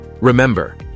Remember